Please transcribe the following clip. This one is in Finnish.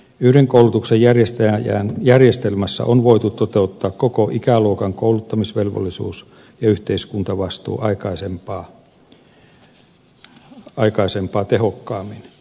yhden koulutuksen järjestelmässä on voitu toteuttaa koko ikäluokan kouluttamisvelvollisuus ja yhteiskuntavastuu aikaisempaa tehokkaammin